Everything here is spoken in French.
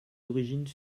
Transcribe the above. origines